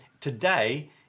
today